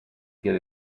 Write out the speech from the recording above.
get